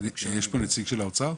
יש פה נציג של האוצר?